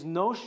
no